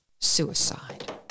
suicide